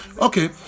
okay